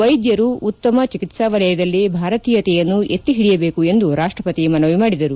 ವೈದ್ಯರು ಉತ್ತಮ ಚಿಕಿತ್ಲಾವಲಯದಲ್ಲಿ ಭಾರತೀಯತೆಯನ್ನು ಎತ್ತಿಹಿಡಿಯಬೇಕು ಎಂದು ರಾಷ್ಟಪತಿ ಮನವಿ ಮಾಡಿದರು